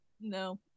no